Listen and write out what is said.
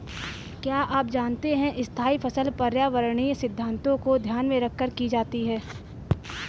क्या आप जानते है स्थायी फसल पर्यावरणीय सिद्धान्तों को ध्यान में रखकर की जाती है?